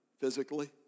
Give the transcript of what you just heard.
physically